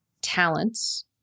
talents